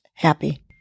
happy